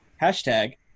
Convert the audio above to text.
Hashtag